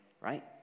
right